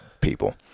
people